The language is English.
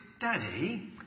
Daddy